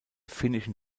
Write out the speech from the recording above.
finnischen